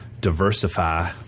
diversify